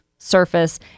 Surface